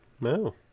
No